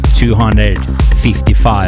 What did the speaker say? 255